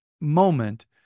moment